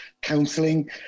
counselling